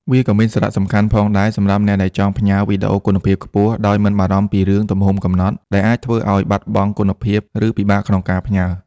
វាក៏មានសារៈសំខាន់ផងដែរសម្រាប់អ្នកដែលចង់ផ្ញើ វីដេអូគុណភាពខ្ពស់ ដោយ មិនបារម្ភពីរឿងទំហំកំណត់ ដែលអាចធ្វើឱ្យបាត់បង់គុណភាព ឬពិបាកក្នុងការផ្ញើ។